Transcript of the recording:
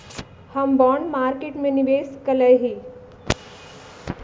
हम bond market में निवेश कलियइ ह